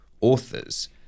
authors